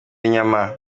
inyama